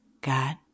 God